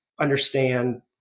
understand